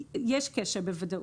יש קשר בוודאות.